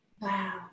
Wow